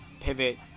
pivot